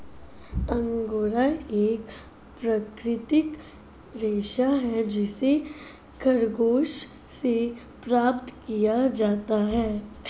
angora एक प्राकृतिक रेशा है जिसे खरगोश से प्राप्त किया जाता है